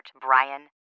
Brian